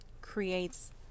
creates